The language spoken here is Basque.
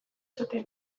zuten